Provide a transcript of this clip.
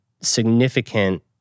significant